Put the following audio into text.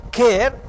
care